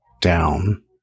down